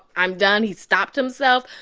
i'm done. he stopped himself.